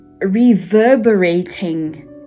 reverberating